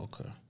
Okay